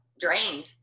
Drained